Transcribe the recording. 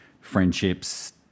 friendships